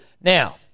now